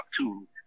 two